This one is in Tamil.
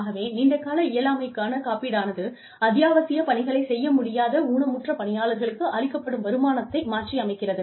ஆகவே நீண்ட கால இயலாமைக்கான காப்பீடானது அத்தியாவசிய பணிகளை செய்ய முடியாத ஊனமுற்ற பணியாளர்களுக்கு அளிக்கப்படும் வருமானத்தை மாற்றியமைக்கிறது